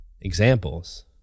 examples